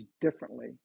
differently